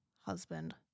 husband